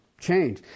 change